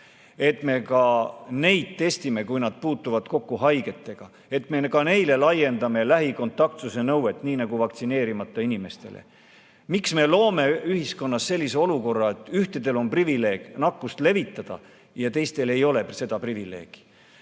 testiksime, kui nad on puutunud kokku haigetega, et me ka neile laiendaksime lähikontaktsuse nõuet, nii nagu see on vaktsineerimata inimestel. Miks me loome ühiskonnas sellise olukorra, kus ühtedel on privileeg nakkust levitada ja teistel ei ole seda privileegi?